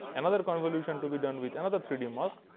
another convolution to be done with another three d mask,